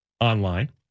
online